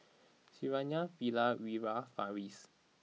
Syarafina Wira Farish